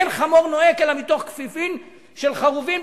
אין חמור נוהק אלא מתוך כפיפים של חרובים,